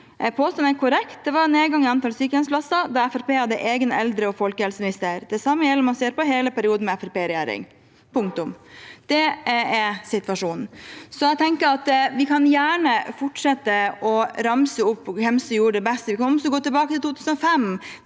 «Påstanden er korrekt. Det var en nedgang i antall sykehjemsplasser da Frp hadde en egen eldreog folkehelseminister. Det samme gjelder om man ser på hele perioden med Frp i regjeringen.» Det er situasjonen. Vi kan gjerne fortsette å ramse opp hvem som gjorde det best. Vi kan også gå tilbake i 2005,